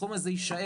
הסכום הזה יישאר,